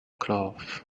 cloth